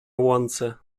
łące